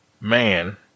man